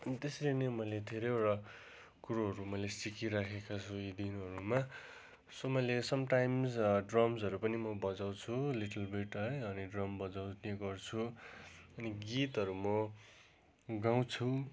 अनि त्यसरी नै मैले धेरैवटा कुरोहरू मैले सिकिराखेका छु यी दिनहरूमा सो मैले समटाइम्स ड्रम्सहरू पनि म बजाउँछु लिटिल बिट है अनि ड्रम बजाउने गर्छु अनि गीतहरू म गाउँछु